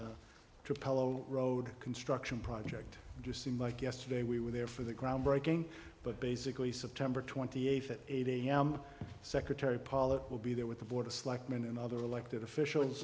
capello road construction project just seemed like yesterday we were there for the groundbreaking but basically september twenty eighth at eight am secretary pollock will be there with the board of selectmen and other elected officials